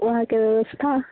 उहाँके ब्यवस्था